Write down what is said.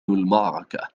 المعركة